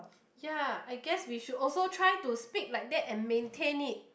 ya I guess we should also try to speak like that and maintain it